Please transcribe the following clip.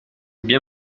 bien